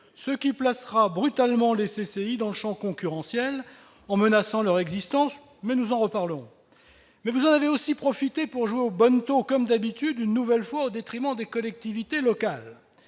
ce qui placera brutalement les CCI dans le champ concurrentiel, en menaçant leur existence ; nous en reparlerons. Vous en avez aussi profité pour jouer au bonneteau- comme d'habitude -, une nouvelle fois au détriment des collectivités locales.